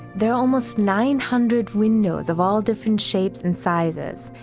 they're almost nine hundred windows of all different shapes and sizes,